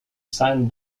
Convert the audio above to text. signed